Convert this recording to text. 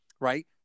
right